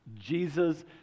Jesus